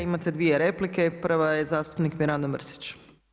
Imate dvije replike, prva je zastupnik Mirando Mrsić.